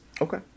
Okay